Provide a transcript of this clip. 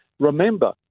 Remember